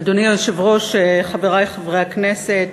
אדוני היושב-ראש, חברי חברי הכנסת,